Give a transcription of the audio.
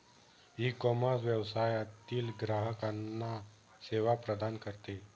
ecommerce व्यवसायातील ग्राहकांना सेवा प्रदान करते